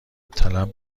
طلب